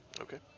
Okay